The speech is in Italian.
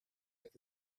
che